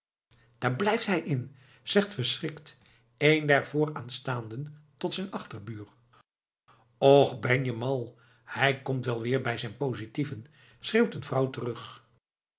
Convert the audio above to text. daar blijft hij in zegt verschrikt een der vooraanstaanden tot zijn achterbuur och ben je mal hij komt wel weer bij zijn positieven schreeuwt een vrouw terug